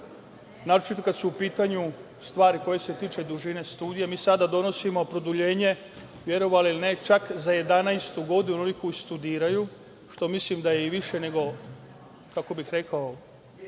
naročito kada su u pitanju stvari koje se tiču dužine studija. Mi sada donosimo produženje, verovali ili ne čak za jedanaestu godinu onih koji studiraju, što mislim da je i više nego, kako bih rekao